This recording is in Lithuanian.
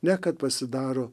ne kad pasidaro